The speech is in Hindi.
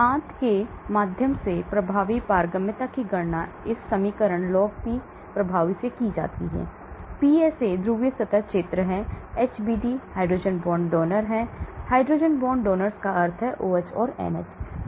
आंत के माध्यम से प्रभावी पारगम्यता की गणना इस समीकरण log P प्रभावी से की जाती है PSA ध्रुवीय सतह क्षेत्र है HBD हाइड्रोजन बॉन्ड डोनर है हाइड्रोजन बॉन्ड डोनर्स का अर्थ OH or NH है